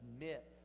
admit